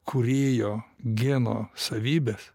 kūrėjo geno savybes